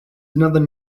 another